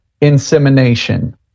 insemination